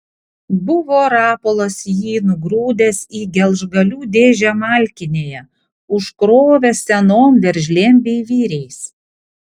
buvo rapolas jį nugrūdęs į gelžgalių dėžę malkinėje užkrovęs senom veržlėm bei vyriais